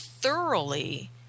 thoroughly